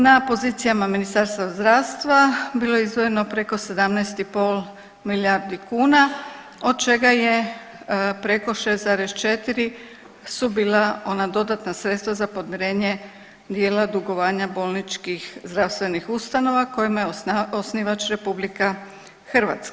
Na pozicijama Ministarstva zdravstva, bilo je izdvojeno preko 17,5 milijardi kuna, od čega je preko 6,4 su bila ona dodatna sredstva za podmirenje dijela dugovanja bolničkih zdravstvenih ustanova kojima je osnivač RH.